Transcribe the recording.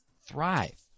thrive